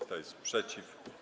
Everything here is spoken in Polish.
Kto jest przeciw?